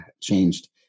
changed